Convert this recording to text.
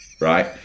right